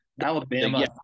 Alabama –